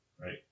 right